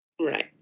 Right